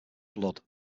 blood